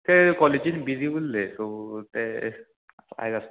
ते कॉलेजीन बिजी उल्ले सो ते आयज आसतले सॉरी